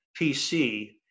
PC